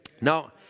Now